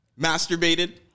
masturbated